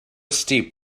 steep